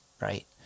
right